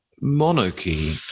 Monarchy